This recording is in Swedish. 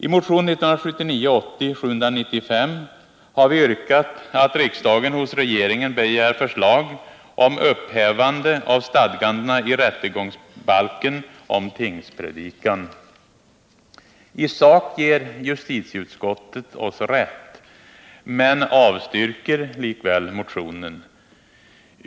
I motion 1979/80:795 har jag och några av mina partikamrater yrkat att 41 riksdagen hos regeringen begär förslag om upphävande av stadgandena i rättegångsbalken om tingspredikan. I sak ger justitieutskottet oss rätt men avstyrker likväl motionen.